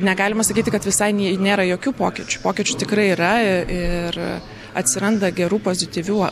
negalima sakyti kad visai nėra jokių pokyčių pokyčių tikrai yra ir atsiranda gerų pozityvių